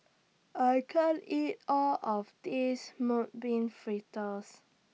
I can't eat All of This Mung Bean Fritters